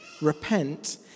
Repent